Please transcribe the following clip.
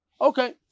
Okay